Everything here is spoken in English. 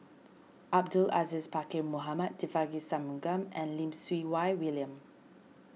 Abdul Aziz Pakkeer Mohamed Devagi Sanmugam and Lim Siew Wai William